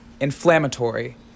inflammatory